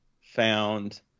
found